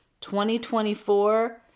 2024